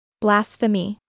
Blasphemy